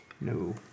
No